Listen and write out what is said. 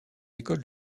écoles